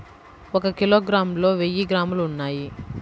ఒక కిలోగ్రామ్ లో వెయ్యి గ్రాములు ఉన్నాయి